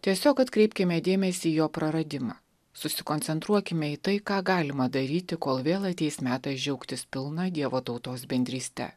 tiesiog atkreipkime dėmesį jo praradimą susikoncentruokime į tai ką galima daryti kol vėl ateis metas džiaugtis pilna dievo tautos bendryste